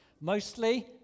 Mostly